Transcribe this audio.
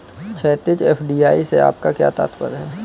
क्षैतिज, एफ.डी.आई से आपका क्या तात्पर्य है?